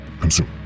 Consume